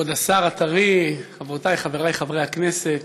כבוד השר הטרי, חברותי וחברי חברי הכנסת,